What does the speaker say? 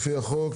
החוק,